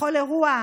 בכל אירוע